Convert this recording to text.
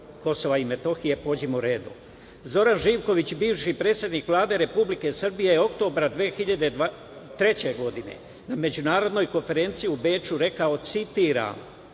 poodavno KiM, i pođimo redom. Zoran Živković, bivši predsednik Vlade Republike Srbije, oktobra 2003. godine na Međunarodnoj konferenciji u Beču rekao, citiram